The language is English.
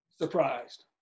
Surprised